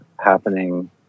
happening